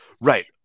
right